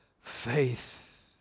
faith